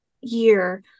year